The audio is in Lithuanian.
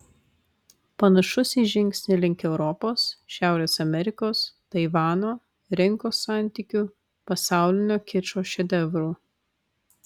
panašus į žingsnį link europos šiaurės amerikos taivano rinkos santykių pasaulinio kičo šedevrų